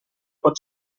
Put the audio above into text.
pot